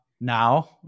now